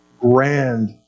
grand